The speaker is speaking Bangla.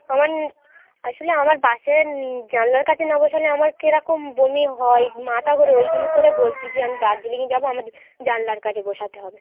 আমার আসলে আমার বাসে জানালার কাছে না বসালে আমার কেরকম বমি হয় মাতা ঘোরে ওই জন্য করে বলছি যে আমি দার্জিলিঙে যাবো আমার জানলার কাছে বসাতে হবে